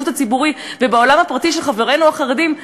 הציבורי ובעולם הפרטי לחברינו החרדים,